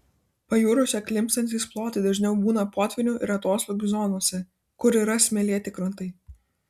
pajūriuose klimpstantys plotai dažniau būna potvynių ir atoslūgių zonose kur yra smėlėti krantai